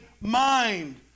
mind